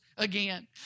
again